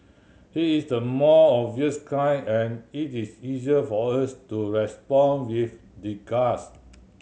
he is the more obvious kind and it is easy for us to respond with disgust